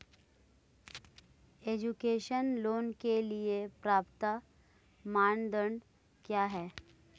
Education loan के लिए पात्रता मानदंड क्या है?